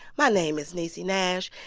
my name is niecy nash,